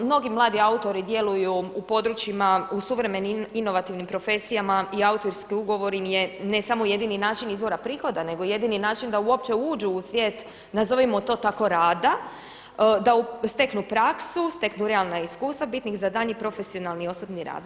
Mnogi mladi autori djeluju u područjima u suvremenim inovativnim profesijama i autorski ugovor im je ne samo jedini način izvora prihoda, nego jedini način da uopće uđu u svijet nazovimo to tako rada, da steknu praksu, steknu realna iskustva bitnih za daljnji profesionalni i osobni razvoj.